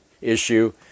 issue